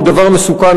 הוא דבר מסוכן,